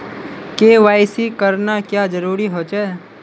KYC करना क्याँ जरुरी होचे?